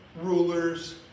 rulers